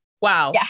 Wow